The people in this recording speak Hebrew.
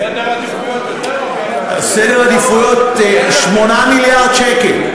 סדר עדיפויות, סדר עדיפויות, 8 מיליארד שקל.